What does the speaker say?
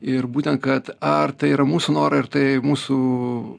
ir būtent kad ar tai yra mūsų norai ar tai mūsų